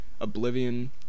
Oblivion